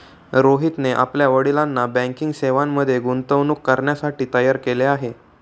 रोहितने आपल्या वडिलांना बँकिंग सेवांमध्ये गुंतवणूक करण्यासाठी तयार केले आहे